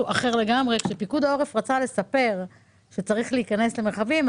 כשפיקוד העורף רצה לספר שצריך להיכנס למרחבים,